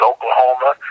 Oklahoma